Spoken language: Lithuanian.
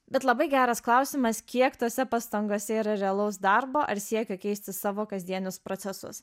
bet labai geras klausimas kiek tose pastangose yra realaus darbo ar siekio keisti savo kasdienius procesus